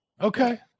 Okay